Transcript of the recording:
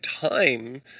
time